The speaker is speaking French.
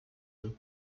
long